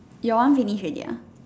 your one finish already ah